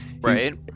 right